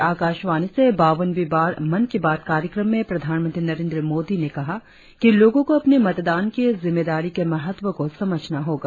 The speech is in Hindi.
आज आकाशवाणी से बावनवीं बार मन की बात कार्यक्रम में प्रधानमंत्री नरेंद्र मोदी ने कहा कि लोगों को अपने मतदान की जिम्मेदारी के महत्व को समझना होगा